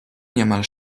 niemal